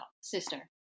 sister